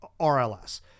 RLS